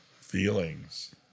Feelings